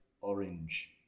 orange